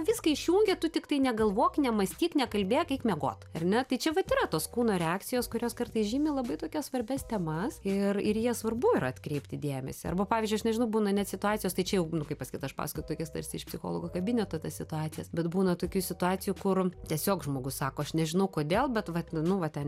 viską išjungė tu tiktai negalvok nemąstyk nekalbėk eik miegot ar ne tai čia vat yra tos kūno reakcijos kurios kartais žymi labai tokias svarbias temas ir ir jas svarbu yra atkreipti dėmesį arba pavyzdžiui aš nežinau būna net situacijos tai čia jau nu kaip pasakyt aš pasakoju tokias tarsi iš psichologo kabineto tas situacijas bet būna tokių situacijų kur tiesiog žmogus sako aš nežinau kodėl bet vat nu va ten